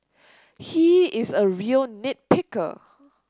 he is a real nit picker